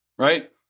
Right